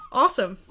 awesome